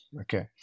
Okay